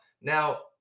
Now